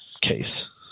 Case